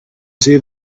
see